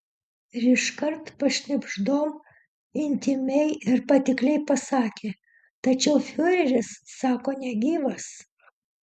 ir iškart pašnibždom intymiai ir patikliai pasakė tačiau fiureris sako negyvas